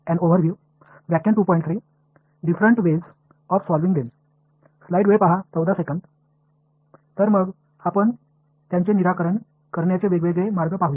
எனவே இப்போது அவற்றைத் தீர்ப்பதற்கான பல்வேறு வழிகளைப் பார்ப்போம்